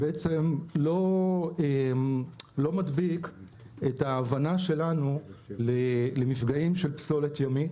בעצם לא מדביק את ההבנה שלנו למפגעים של פסולת ימית